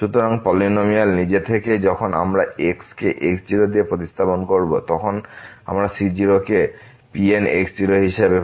সুতরাং পলিনমিয়াল নিজেই থেকে যখন আমরা x কে x0 দিয়ে প্রতিস্থাপন করবো তখন আমরা c0কে পাবো Pn হিসাবে